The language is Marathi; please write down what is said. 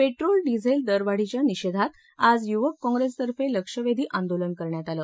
पेट्रोल डिझेल दरवाढीच्या निषेधात आज युवक कॉप्रेसतर्फे लक्षवेधी आंदोलन करण्यात आलं